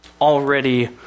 already